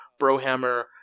Brohammer